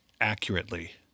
accurately